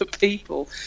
people